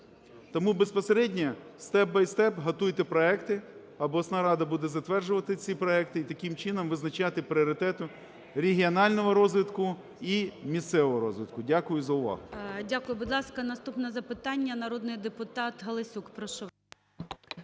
тому безпосередньо step by step готуйте проекти, обласна рада буде затверджувати ці проекти і таким чином визначати пріоритети регіонального розвитку і місцевого розвитку. Дякую за увагу. ГОЛОВУЮЧИЙ. Дякую. Будь ласка, наступне запитання - народний депутат Галасюк, прошу.